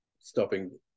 stopping